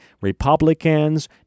Republicans